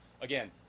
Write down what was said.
again